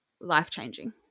life-changing